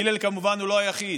הלל, כמובן, הוא לא היחיד.